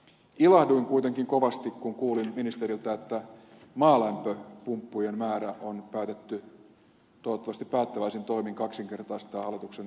ilahduin kuitenkin kovasti kun kuulin ministeriltä että maalämpöpumppujen määrä on päätetty toivottavasti päättäväisin toimin kaksinkertaistaa hallituksen laskelmissa